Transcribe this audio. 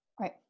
right